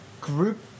group